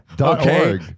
Okay